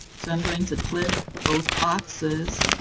so i'm going to click both boxes.